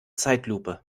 zeitlupe